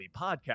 podcast